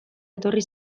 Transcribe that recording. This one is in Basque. etorri